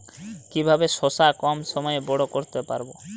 কিভাবে শশা কম সময়ে বড় করতে পারব?